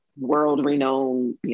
world-renowned